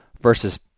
versus